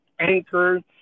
Anchor